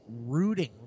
rooting